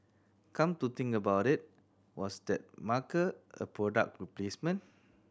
come to think about it was that marker a product replacement